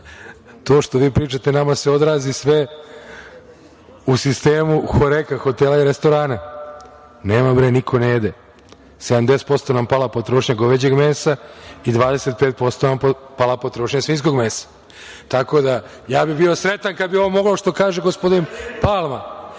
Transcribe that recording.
to što vi pričate nama se odrazi sve u sistemu oko reka, hotela i restorana. Nema bre, niko ne jede, 70% nam je pala potrošnja goveđeg mesa i 25% pala potrošnja svinjskog mesa, tako da ja bih bio sretan kada bi ovo što kaže gospodin Palma,